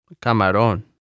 Camarón